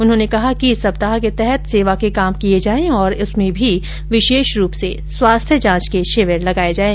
उन्होंने कहा कि सप्ताह के तहत सेवा के काम किये जाये और उसमें भी विशेष रूप से स्वास्थ्य जांच के शिविर लगाये जाएें